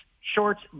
shorts –